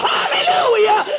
Hallelujah